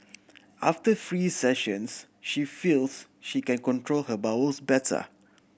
after three sessions she feels she can control her bowels better